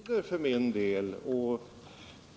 Herr talman! Jag bestrider för min del — och